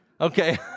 Okay